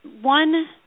one